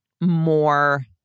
more